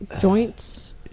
joints